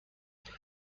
زخمتی